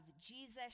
Jesus